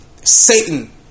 Satan